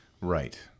Right